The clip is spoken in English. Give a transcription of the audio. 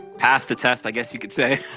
passed the test i guess you could say.